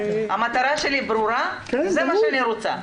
המטרה שלי ברורה, זה מה שאני רוצה.